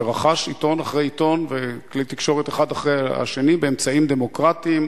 שרכש עיתון אחרי עיתון וכלי תקשורת אחד אחרי השני באמצעים דמוקרטיים,